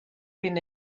been